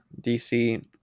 dc